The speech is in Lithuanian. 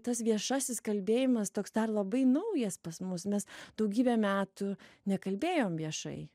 tas viešasis kalbėjimas toks dar labai naujas pas mus mes daugybę metų nekalbėjom viešai